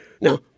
now